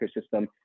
system